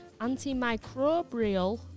antimicrobial